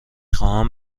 خواهم